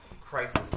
Crisis